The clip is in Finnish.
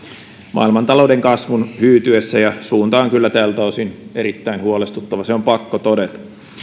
maailmantalouden kasvun hyytyessä suunta on kyllä tältä osin erittäin huolestuttava se on pakko todeta